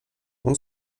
ont